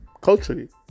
culturally